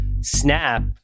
Snap